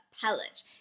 palette